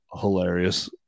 hilarious